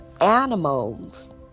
animals